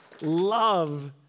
love